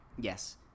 Yes